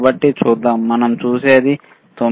కాబట్టి చూద్దాం మనం చూసేది 9